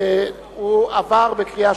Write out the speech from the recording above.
נתקבל.